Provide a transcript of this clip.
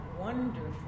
wonderful